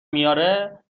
میاره